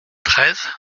treize